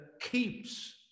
keeps